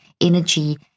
energy